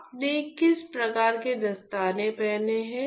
आपने किस प्रकार के दस्ताने पहने हैं